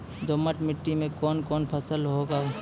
दोमट मिट्टी मे कौन कौन फसल होगा?